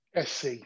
SC